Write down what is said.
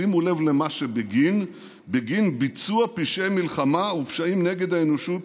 שימו לב בגין מה: בגין ביצוע פשעי מלחמה ופשעים נגד האנושות